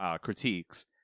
critiques